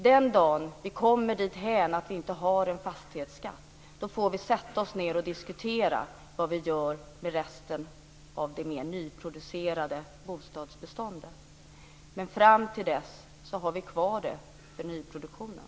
Den dagen vi kommer dithän att vi inte har en fastighetsskatt får vi sätta oss ned och diskutera hur vi gör med resten av det mer nyproducerade bostadsbeståndet. Men fram till dess har vi kvar räntebidragen för nyproduktionen.